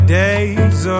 days